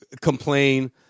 complain